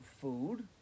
food